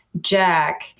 Jack